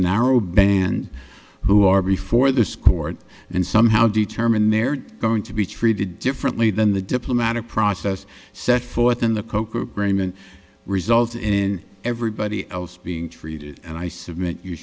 narrow band who are before this court and somehow determine they're going to be treated differently than the diplomatic process set forth in the cocoa agreement result in everybody else being treated and i submit you